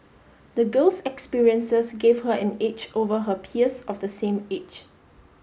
the girl's experiences gave her an edge over her peers of the same age